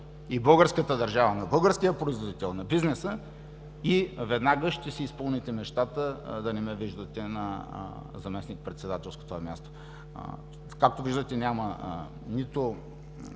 и българската държава, на българския производител, на бизнеса и веднага ще си изпълните мечтата да не ме виждате на заместник-председателското място. Както виждате няма нито